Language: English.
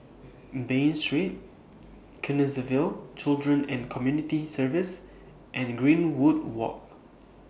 Bain Street Canossaville Children and Community Services and Greenwood Walk